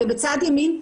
ובצד ימין,